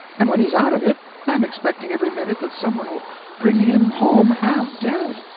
and when he's out of it i'm expecting every minute that some one will bring him home half dead.